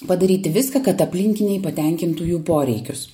padaryti viską kad aplinkiniai patenkintų jų poreikius